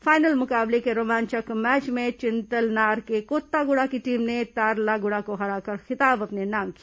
final मुकाबले के रोमांचक मैच में चिंतलनार के कोत्तागुड़ा की टीम ने तारलागुड़ा को हराकर खिताब अपने नाम किया